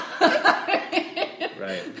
Right